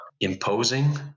Imposing